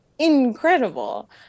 incredible